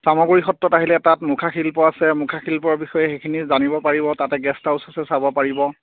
চামগুৰি সত্ৰত আহিলে তাত মুখা শিল্প আছে মুখা শিল্পৰ বিষয়ে সেইখিনি জানিব পাৰিব তাতে গেষ্ট হাউচ আছে চাব পাৰিব